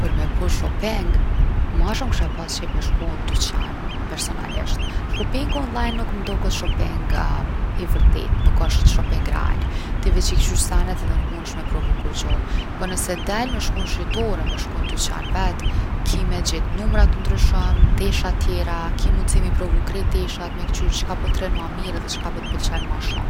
Për me bo shopping, ma shumë kisha pas qef me shku n’dyqan personalisht. Shoppingu online nuk m’doket shopping i vërtetë, nuk osht shopping real. Ti veq i kqyr senet edhe nuk munesh me provu kurgjo. Po nëse del me shku n’shitore, me shku n’dyqan vet’, ki me gjetë numra t’ndryshëm, tesha tjera. Ki mundsi m’i provu krejt teshat me kqyr çka po t’rrin ma mirë edhe çka po t’pëlqen ma shumë.